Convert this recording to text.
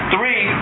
Three